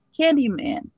Candyman